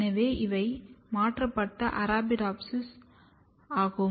எனவே இவை மாற்றப்பட்ட அரபிடோப்சிஸ் ஆகும்